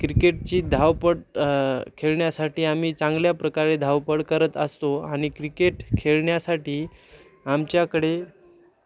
क्रिकेटची धावपळ खेळण्यासाठी आम्ही चांगल्या प्रकारे धावपळ करत असतो आणि क्रिकेट खेळण्यासाठी आमच्याकडे